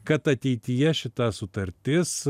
kad ateityje šita sutartis